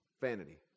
Vanity